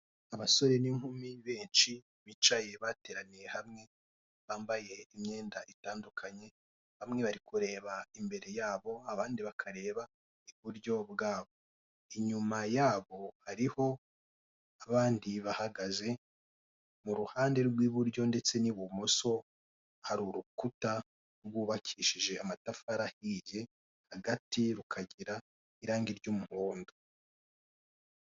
Abasore n'inkumi benshi bicaye bateraniye hamwe bambaye imyenda itandukanye bamwe bari kureba imbere yabo abandi bakareba iburyo bwabo, inyuma yabo hariho abandi bahagaze mu ruhande rw'uburyo ndetse n'ibumoso hari urukuta rwubakishije amatafari ahiye hagati rukagira irangi ry'umuhondo.